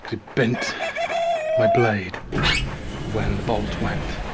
it bent my blade when the bolt went.